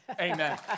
Amen